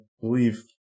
believe